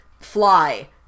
fly